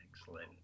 Excellent